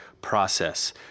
process